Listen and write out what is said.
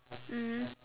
mmhmm